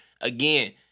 again